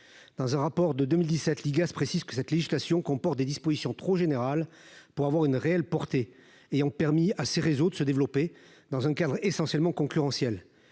dans un rapport de 2017 l'IGAS précise que cette législation comporte des dispositions trop générale pour avoir une réelle portée et ont permis à ces réseaux de se développer dans un cadre essentiellement concurrentiel